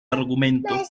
argumento